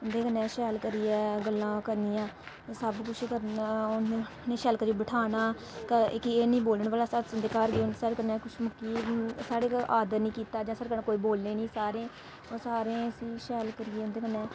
उं'दे कन्नै शैल करियै गल्लां करनियां सब कुछ करना उ'नेंगी शैल करियै बठाह्ना कि एह् निं बोलना भला अस तुं'दे घर गे उ'नें साढ़े कन्नै कुछ मुक्की साढ़े घर आदर निं कीता जां साढ़े कन्नै कोई बोले निं सारें ओह् सारें इसी शैल करियै उंदे कन्नै